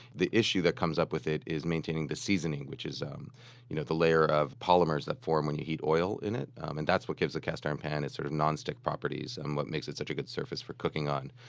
the issue that comes up with it is maintaining the seasoning, which is um you know the layer of polymers that form when you heat oil in it. and that's what gives the cast-iron pan its sort of nonstick properties and what makes it such a good surface for cooking on.